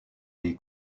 les